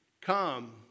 come